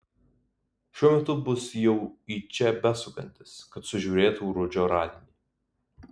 šiuo metu bus jau į čia besukantis kad sužiūrėtų rudžio radinį